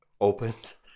opens